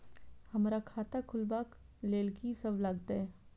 हमरा खाता खुलाबक लेल की सब लागतै?